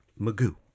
Magoo